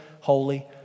holy